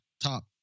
top